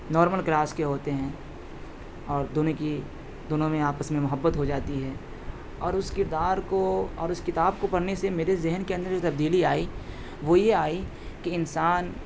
normal class کے ہوتے ہیں اور دونوں کی دونوں میں آپس میں محبت ہو جاتی ہے اور اس کردار کو اور اس کتاب کو پڑھنے سے میرے ذہن کے اندر جو تبدیلی آئی وہ یہ آئی کہ انسان